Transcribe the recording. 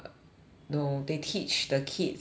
no they teach the kids uh